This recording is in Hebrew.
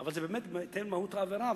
אבל זה באמת בהתאם למהות העבירה,